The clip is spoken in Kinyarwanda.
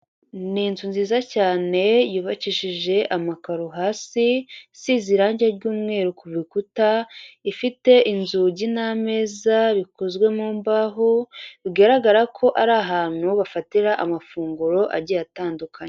Ni inzu nziza cyane yubakishije amakaro hasi, isize irangi ry'umweru ku rukuta, ifite inzugi n'ameza bikozwe mu mbaho, bigaragara ko ari ahantu bafatira amafunguro agiye atandukanye.